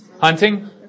Hunting